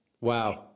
Wow